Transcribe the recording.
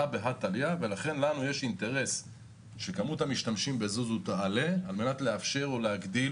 לכן לנו יש אינטרס שכמות המשתמשים ב"זוזו" תעלה על מנת לאפשר או להגדיל